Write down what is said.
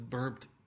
Burped